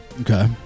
Okay